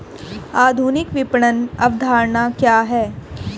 आधुनिक विपणन अवधारणा क्या है?